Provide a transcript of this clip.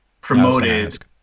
promoted